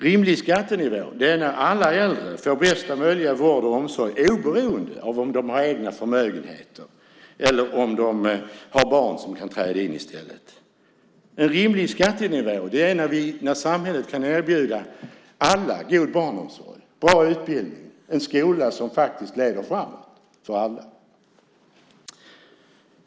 Rimlig skattenivå är när alla äldre får bästa vård och omsorg oberoende av om de har egna förmögenheter eller om de har barn som kan träda in i stället. En rimlig skattenivå är när samhället kan erbjuda alla god barnomsorg, bra utbildning och en skola som faktiskt leder framåt för alla.